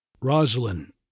Rosalind